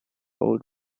old